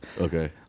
Okay